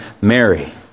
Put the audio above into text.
Mary